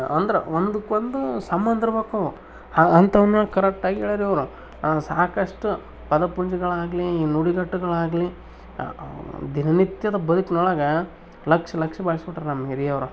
ಅಂದ್ರೆ ಒಂದುಕ್ಕೊಂದು ಸಂಬಂಧ ಇರ್ಬೇಕು ಅವು ಅಂಥವ್ನ ಕರೆಕ್ಟಾಗಿ ಹೇಳವ್ರ್ ಇವರು ಸಾಕಷ್ಟು ಪದ ಪುಂಜಗಳಾಗಲಿ ನುಡಿಗಟ್ಟುಗಳಾಗಲಿ ದಿನ ನಿತ್ಯದ ಬದುಕ್ನೊಳಗೆ ಲಕ್ಷ ಲಕ್ಷ ಬಳಸಿ ಬಿಟ್ರು ನಮ್ಮ ಹಿರಿಯವರು